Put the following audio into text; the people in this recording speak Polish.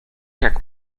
jak